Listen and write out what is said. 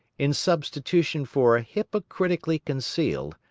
in substitution for a hypocritically concealed,